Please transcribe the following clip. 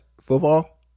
Football